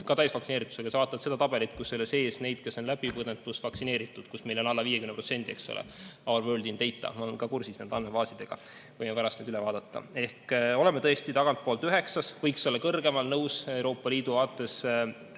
täisvaktsineeritusega. Sa vaatad seda tabelit, kus ei ole sees neid, kes on läbi põdenud pluss vaktsineeritud, kus meil on hõlmatus alla 50%. Eks ole, Our World in Data. Ma olen kursis nende andmebaasidega, võime pärast need üle vaadata. Ehk oleme tõesti tagantpoolt üheksandad. Võiks olla kõrgemal, olen nõus. Euroopa Liidu vaates